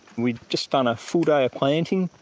we'd just done a full day of planting,